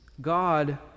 God